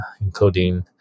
including